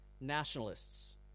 nationalists